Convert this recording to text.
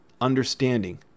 understanding